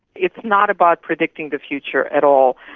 it's not about predicting the future at all.